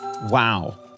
Wow